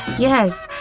yes,